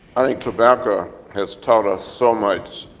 i think tobacco has taught us so much,